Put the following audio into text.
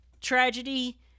tragedy